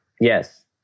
yes